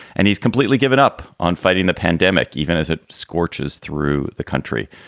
and he's completely given up on fighting the pandemic even as it scorches through the country.